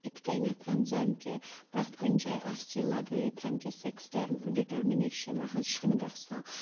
یِتھ کٔنٮ۪تھ زَنہٕ کہِ پرٛٮ۪تھ کُنہِ جایہِ آسہِ یہِ لگٲیِتھ کہِ سٮ۪کٕس ڈَر ڈِٹٔرمِنیشَن نہٕ حظ چھُنہٕ گژھان